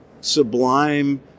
sublime